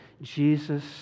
Jesus